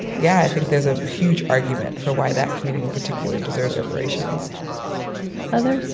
yeah, i think there's a huge argument for why that community in particular deserves reparations others